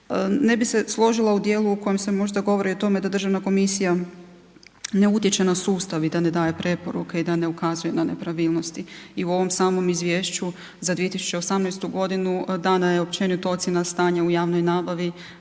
Ne bi se složila u dijelu u kojem se možda govori o tome da državna komisija ne utječe na sustav i ne daje preporuke i da ne ukazuje na nepravilnosti. I u ovom samom izvješću za 2018. godinu dana je općenito ocjena stanja u javnoj nabavi,